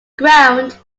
ground